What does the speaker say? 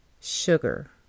sugar